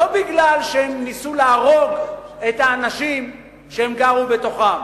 לא כי הם ניסו להרוג את האנשים שהם גרו בתוכם.